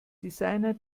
designer